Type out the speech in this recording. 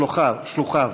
שלוחיו.